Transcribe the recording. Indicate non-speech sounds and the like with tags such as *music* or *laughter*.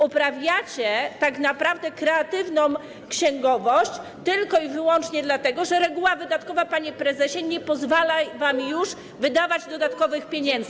Uprawiacie tak naprawdę kreatywną księgowość tylko i wyłącznie dlatego, że reguła wydatkowa, panie prezesie, nie pozwala wam już *noise* wydawać dodatkowych pieniędzy.